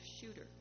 shooter